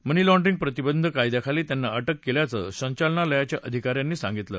मनी laundering प्रतिबंध कायद्याखाली त्यांना अटक केल्याचं संचालनालयाच्या अधिका यांनी सांगितलं